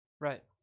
Right